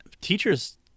Teachers